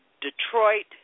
Detroit